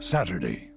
Saturday